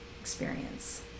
experience